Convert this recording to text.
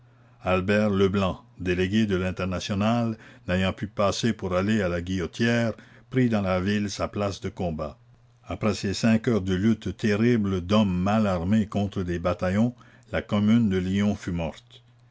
albert leblanc délégué de l'internationale n'ayant pu passer pour aller à la guillotière prit dans la ville sa place de combat après ces cinq heures de lutte terrible d'hommes mal armés contre des bataillons la commune de lyon fut morte